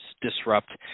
Disrupt